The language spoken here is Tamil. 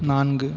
நான்கு